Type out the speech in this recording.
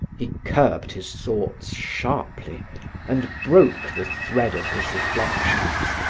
he curbed his thoughts sharply and broke the thread of his reflections.